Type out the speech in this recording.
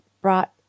brought